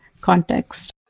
context